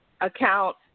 account